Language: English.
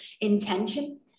intention